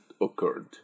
occurred